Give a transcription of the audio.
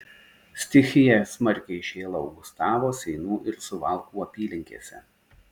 stichija smarkiai šėlo augustavo seinų ir suvalkų apylinkėse